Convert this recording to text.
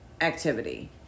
activity